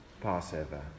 Passover